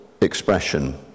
expression